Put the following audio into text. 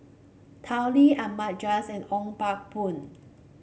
Tao Li Ahmad Jais and Ong Pang Boon